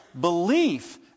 Belief